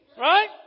Right